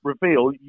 reveal